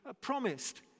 promised